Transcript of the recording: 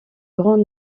grand